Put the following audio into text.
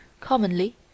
commonly